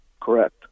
Correct